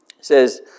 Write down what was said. says